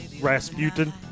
Rasputin